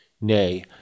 Nay